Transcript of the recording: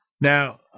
Now